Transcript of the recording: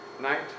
night